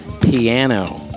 piano